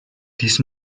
these